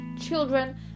children